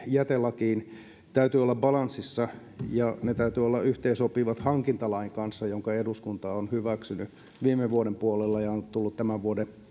jätelakiin täytyy olla balanssissa ja niiden täytyy olla yhteensopivat hankintalain kanssa jonka eduskunta on hyväksynyt viime vuoden puolella ja joka on tullut tämän vuoden